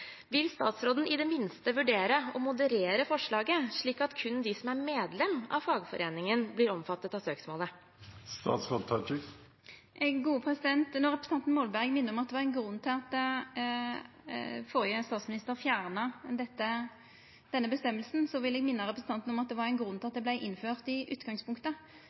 Vil statsråden i det minste vurdere å moderere forslaget, slik at kun de som er medlem av fagforeningen, blir omfattet av søksmålet? Når representanten Molberg minner om at det var ein grunn til at den førre statsministeren fjerna denne regelen, vil eg minna representanten om at det var ein grunn til at han vart innført i utgangspunktet.